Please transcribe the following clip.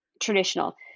Traditional